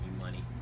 money